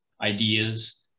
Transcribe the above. ideas